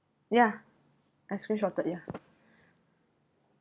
yeah I screen shotted ya